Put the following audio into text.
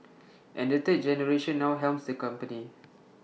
and the third generation now helms the company